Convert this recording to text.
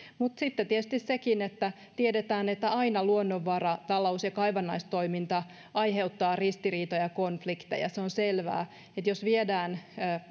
sitten on tietysti sekin että tiedetään että aina luonnonvaratalous ja kaivannaistoiminta aiheuttavat ristiriitoja ja konflikteja se on selvää jos viedään